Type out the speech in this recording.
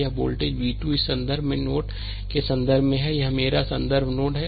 यह voltage v 2 इस संदर्भ नोड के संबंध में है यह मेरा संदर्भ नोड है